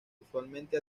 usualmente